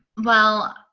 well,